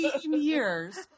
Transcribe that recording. years